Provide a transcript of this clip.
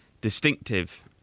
distinctive